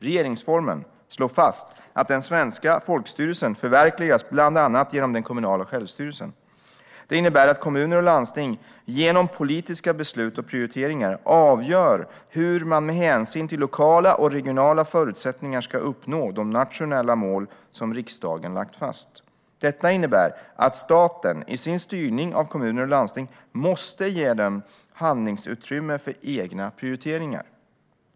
Regeringsformen slår fast att den svenska folkstyrelsen förverkligas bland annat genom den kommunala självstyrelsen. Det innebär att kommuner och landsting, genom politiska beslut och prioriteringar, avgör hur de med hänsyn till lokala och regionala förutsättningar ska uppnå de nationella mål som riksdagen lagt fast. Detta innebär att staten i sin styrning av kommuner och landsting måste ge dem handlingsutrymme för egna prioriteringar.